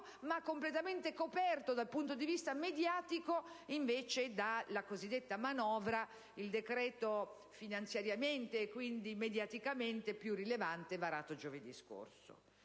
ma completamente coperto dal punto di vista mediatico dalla cosiddetta manovra, il decreto finanziariamente, e quindi mediaticamente, più rilevante varato giovedì scorso.